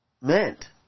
meant